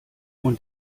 und